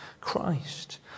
Christ